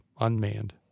unmanned